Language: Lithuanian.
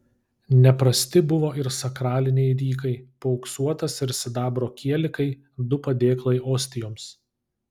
neprasti buvo ir sakraliniai rykai paauksuotas ir sidabro kielikai du padėklai ostijoms